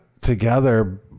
together